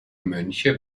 mönche